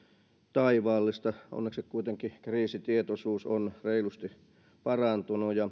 taivaallista onneksi kuitenkin kriisitietoisuus on reilusti parantanut